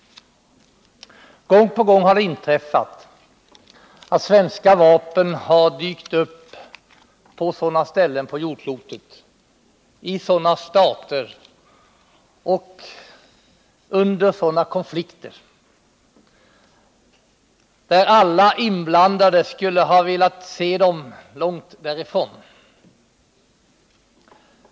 Gång på gång har det inträffat att svenska vapen har dykt upp på sådana ställen på jordklotet, i sådana stater och under sådana konflikter där alla inblandade skulle ha velat se att dessa vapen befann sig långt därifrån.